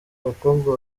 abakobwa